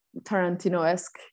Tarantino-esque